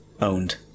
owned